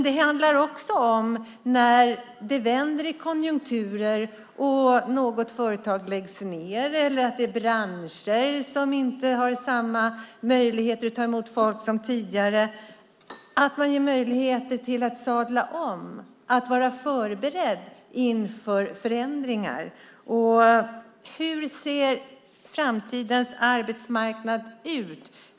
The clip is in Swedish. Det handlar också om att, när konjunkturen vänder och något företag läggs ned eller branscher inte har samma möjligheter som tidigare att ta emot folk, ge möjligheter till att sadla om och om att vara förberedd inför förändringar. Hur ser framtidens arbetsmarknad ut?